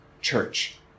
church